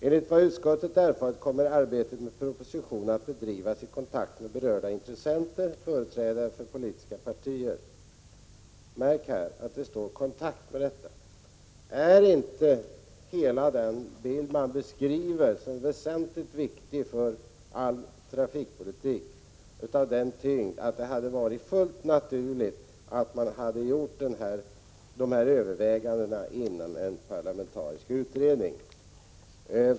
Enligt vad utskottet erfarit kommer arbetet med propositionen att bedrivas i kontakt med berörda intressenter, däribland företrädare för de politiska partierna.” Märk här att det står ”kontakt med”. Är inte hela den bild man beskriver som viktig för all trafikpolitik av den tyngd att det hade varit fullt naturligt att övervägandena hade gjorts inom en parlamentarisk utredning?